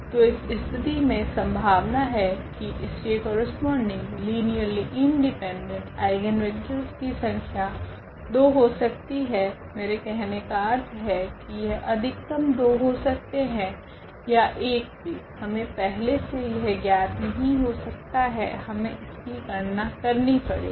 तो इस स्थिति में संभावना है की इसके करस्पोंडिंग लीनियरली इंडिपेंडेंट आइगनवेक्टरस की संख्या 2 हो सकती है मेरे कहने का अर्थ है कि यह अधिकतम 2 हो सकते है या 1 भी हमे पहले से यह ज्ञात नहीं हो सकता है हमे इसकी गणना करनी पड़ेगी